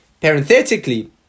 Parenthetically